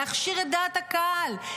להכשיר את דעת הקהל,